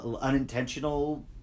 Unintentional